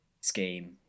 scheme